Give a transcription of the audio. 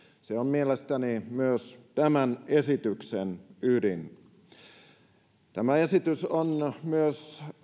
se on mielestäni myös tämän esityksen ydin tämä esitys on myös